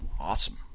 Awesome